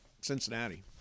Cincinnati